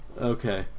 okay